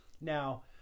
Now